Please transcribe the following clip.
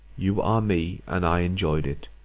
you are me and i enjoyed it.